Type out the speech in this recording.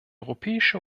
europäische